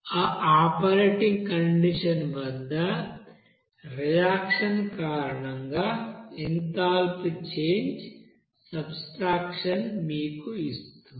ఆ operating condition వద్ద reaction కారణంగా ఎంథాల్పీ చేంజ్ సబ్ట్రాక్షన్ మీకు ఇస్తుంది